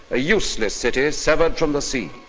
a useless city severed from the sea.